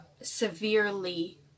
severely